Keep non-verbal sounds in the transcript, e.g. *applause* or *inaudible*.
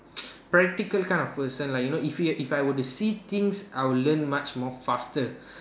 *noise* practical kind of person like you know if you have if I were to see things I will learn much more faster